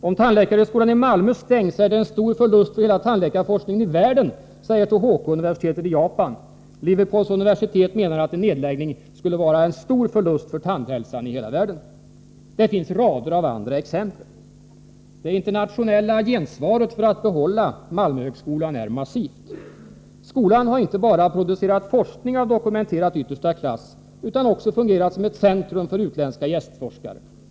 Om tandläkarhögskolan i Malmö stängs, är det en stor förlust för hela tandläkarforskningen i världen säger Tohoko-universitetet i Japan. Liverpools universitet menar att en nedläggning skulle vara en fruktansvärd förlust för tandhälsan i hela världen. Det finns rader av andra exempel. Det internationella gensvaret för att behålla Malmöhögskolan är massivt. Skolan har inte bara producerat forskning av dokumenterat yppersta klass utan har också fungerat som ett centrum för utländska gästforskare.